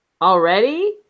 Already